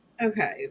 Okay